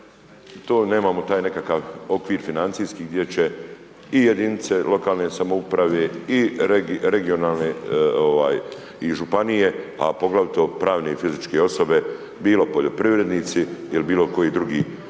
to nemamo taj nekakav okvir financijski gdje će i jedinice lokalne samouprave i regionalne i županije, a poglavito pravne i fizičke osobe, bilo poljoprivrednici ili bilo koji drugi